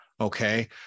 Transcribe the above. okay